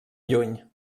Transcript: lluny